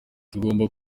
tugomba